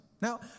Now